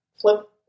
Flip